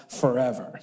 forever